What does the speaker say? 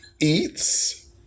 eats